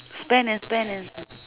spend and spend and s~